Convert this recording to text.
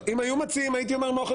אני לא דובר הכנסת.